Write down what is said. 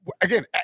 again